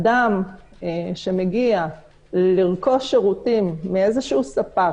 אדם שמגיע לרכוש שירותים מאיזשהו ספק,